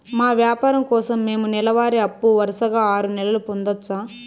మా వ్యాపారం కోసం మేము నెల వారి అప్పు వరుసగా ఆరు నెలలు పొందొచ్చా?